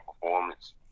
performance